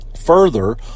Further